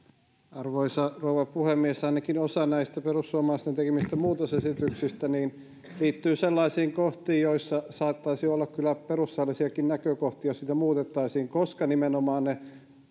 arvoisa rouva puhemies ainakin osa näistä perussuomalaisten tekemistä muutosesityksistä liittyy sellaisiin kohtiin joissa saattaisi olla kyllä perustuslaillisiakin näkökohtia jos niitä muutettaisiin koska nimenomaan ne